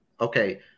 okay